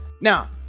now